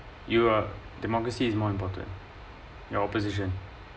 you are democracy is more important your apposition